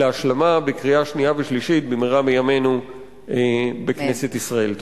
להשלמה בקריאה שנייה ושלישית במהרה בימינו בכנסת ישראל.